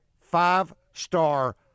five-star